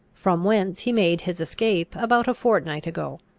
from whence he made his escape about a fortnight ago,